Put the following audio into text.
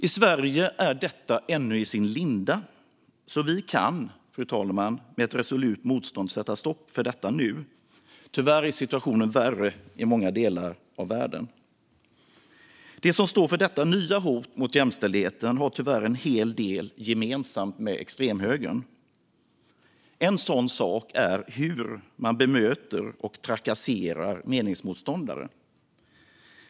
I Sverige är detta ännu i sin linda, så vi kan med ett resolut motstånd sätta stopp för detta nu. Tyvärr är situationen värre i många delar av världen. De som står för detta nya hot mot jämställdheten har tyvärr en hel del gemensamt med extremhögern. En sådan sak är hur man bemöter och trakasserar meningsmotståndare.